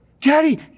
Daddy